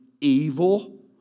evil